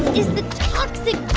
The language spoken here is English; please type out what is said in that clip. is the toxic